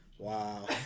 Wow